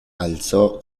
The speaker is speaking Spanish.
alzó